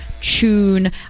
tune